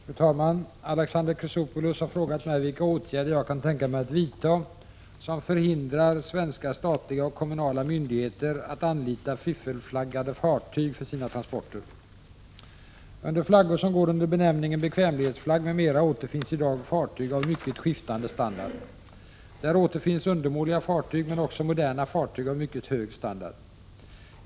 Fru talman! Alexander Chrisopoulos har frågat mig vilka åtgärder jag kan tänka mig att vidta som förhindrar svenska statliga och kommunala myndigheter att anlita fiffelflaggade fartyg för sina transporter. Under flaggor som går under benämningen bekvämlighetsflagg m.m. återfinns i dag fartyg av mycket skiftande standard. Där återfinns undermåliga fartyg men också moderna fartyg av mycket hög standard.